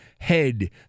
Head